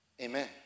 Amen